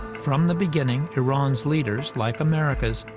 from the beginning, iran's leaders, like america's,